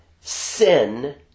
sin